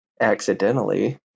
accidentally